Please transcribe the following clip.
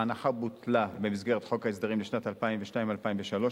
ההנחה בוטלה במסגרת חוק ההסדרים לשנים 2002 2003,